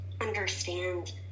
understand